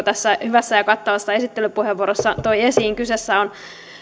tässä hyvässä ja kattavassa esittelypuheenvuorossa toi esiin kyseessä on